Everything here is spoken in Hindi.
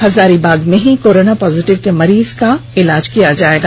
हजारीबाग में ही कोरोना पॉजिटिव के मरीज का इलाज किया जाएगा